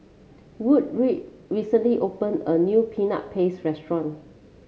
Woodroe recently opened a new Peanut Paste restaurant